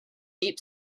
deep